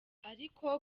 ariko